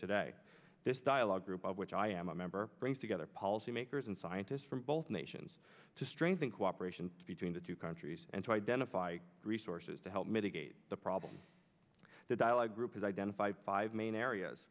today this dialogue group of which i am a member brings together policy makers and scientists from both nations to strengthen cooperation between the two countries and to identify resources to help mitigate the problem the dialogue group has identified five main areas